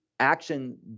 action